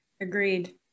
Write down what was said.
Agreed